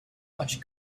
much